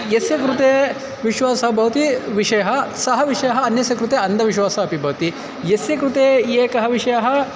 यस्य कृते विश्वासः भवति विषयः सः विषयः अन्यस्य कृते अन्धविश्वासः अपि भवति यस्य कृते एकः विषयः